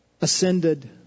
ascended